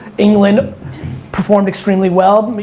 england performed extremely well.